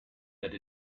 that